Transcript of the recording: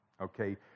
okay